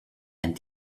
and